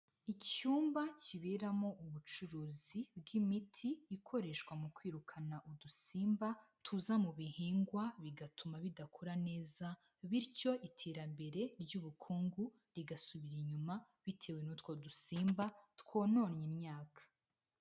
Icyumba kiberamo ubucuruzi bw'imiti ikoreshwa mu kwirukana udusimba tuza mu bihingwa bigatuma bidakura neza, bityo iterambere ry'ubukungu rigasubira inyuma bitewe n'utwo dusimba twononnye imyaka.